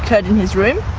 his room.